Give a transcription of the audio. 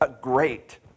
great